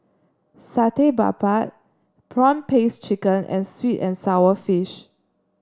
Satay Babat prawn paste chicken and sweet and sour fish